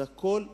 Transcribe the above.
זה הכול ססמאות.